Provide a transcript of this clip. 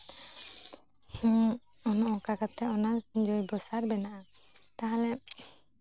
ᱦᱚᱜᱼᱚᱭ ᱱᱚᱝᱟ ᱠᱟᱛᱮ ᱚᱱᱟ ᱡᱳᱭᱵᱳ ᱥᱟᱨ ᱵᱮᱱᱟᱜᱼᱟ ᱛᱟᱦᱚᱞᱮ